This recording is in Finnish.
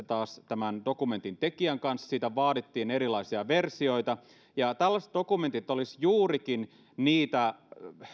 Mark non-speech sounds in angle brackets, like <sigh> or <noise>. <unintelligible> taas tämän dokumentin tekijän kanssa siitä vaadittiin erilaisia versioita tällaiset dokumentit olisivat juurikin